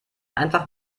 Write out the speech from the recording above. einfach